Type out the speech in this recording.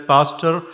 Pastor